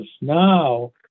Now